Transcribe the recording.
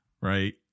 right